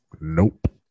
nope